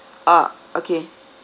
uh okay